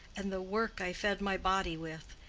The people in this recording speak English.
and the work i fed my body with,